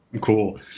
Cool